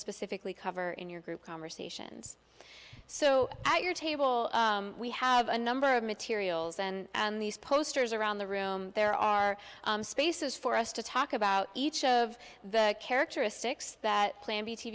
specifically cover in your group conversations so your table we have a number of materials and these posters around the room there are spaces for us to talk about each of the characteristics that plan b t